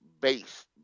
base